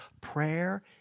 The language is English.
Prayer